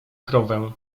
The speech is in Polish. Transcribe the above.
krowę